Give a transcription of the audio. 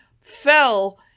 fell